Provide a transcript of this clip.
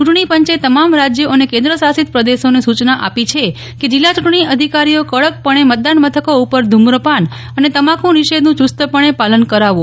ચુંટણી પંચે તમામ રાજયો અને કેન્દ્ર શાસિત પ્રદેશોને સુચના આપી છે કે જીલ્લા ચુંટણી અધિકારીઓ કડક પણે મતદાન મથકો ઉપર ધુમ્રપાન અને તમાકુ નિષેધનું ચુસ્તપણે પાલન કરાવો